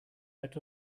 out